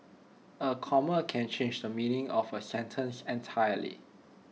A comma can change the meaning of A sentence entirely